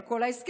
על כל ההסכמים,